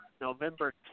November